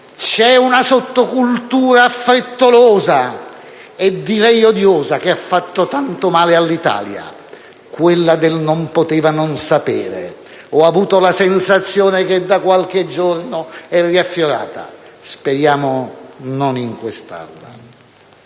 C'è una sottocultura frettolosa e direi odiosa, che ha fatto tanto male all'Italia, quella del «non poteva non sapere». Ho avuto la sensazione che da qualche giorno sia riaffiorata, speriamo non in quest'Aula.